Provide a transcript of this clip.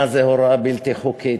מה זה הוראה בלתי חוקית,